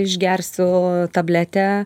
išgersiu tabletę